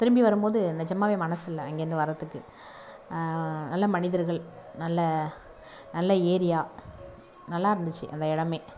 திரும்பி வரும் போது நிஜமாவே மனது இல்லை அங்கேருந்து வர்றத்துக்கு நல்ல மனிதர்கள் நல்ல நல்ல ஏரியா நல்லா இருந்துச்சு அந்த இடமே